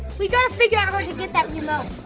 we got to figure out how to get that remote!